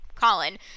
Colin